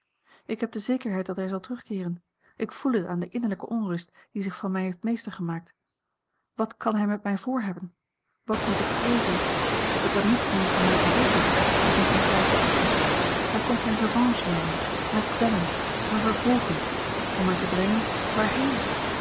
ik heb de zekerheid dat hij zal terugkeeren ik voel het aan de innerlijke onrust die zich van mij heeft meester gemaakt wat kan hij met mij voor hebben wat moet ik vreezen dat er niets meer voor mij te hopen is is niet meer twijfelachtig hij komt zijne revanche nemen mij kwellen mij vervolgen om mij te brengen waarheen